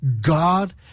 God